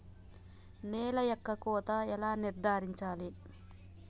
నేల యొక్క కోత ఎలా నిర్ధారించాలి?